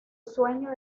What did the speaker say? sueño